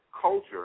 culture